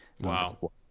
Wow